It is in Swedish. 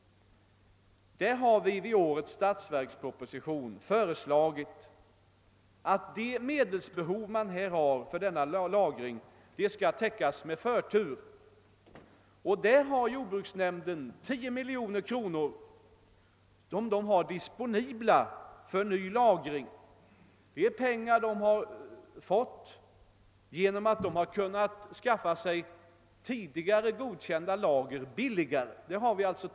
I årets statsverksproposition föreslås att det medelsbehov som föreligger för sådan lagring skall täckas med förtur. Jordbruksnämnden har 10 milj.kr. disponibla för nylagring, vilka erhållits genom att man kunnat fylla tidigare godkända lager billigare än beräknat.